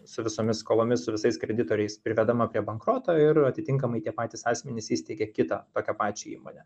su visomis skolomis su visais kreditoriais privedama prie bankroto ir atitinkamai tie patys asmenys įsteigė kitą tokią pačią įmonę